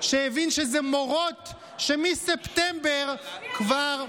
כשהבין שזה מורות שמספטמבר כבר,